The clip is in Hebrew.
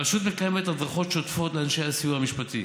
הרשות מקיימת הדרכות שוטפות לאנשי הסיוע המשפטי